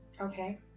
okay